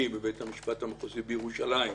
הוא ביצע עבירה ביום הראשון של שירותו הצבאי,